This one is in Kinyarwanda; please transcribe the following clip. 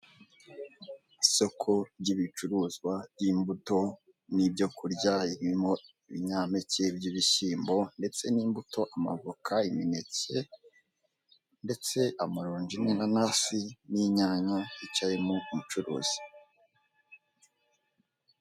Isoko ry'ibicuruzwa by'imbuto, n'ibyokurya birimo ibinyampeke by'ibishyimbo ndetse n'imbuto amavoka, imineke ndetse amaronji n'inanasi n'inyanya, hicayemo umucuruzi.